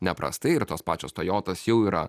neprastai ir tos pačios tojotos jau yra